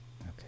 Okay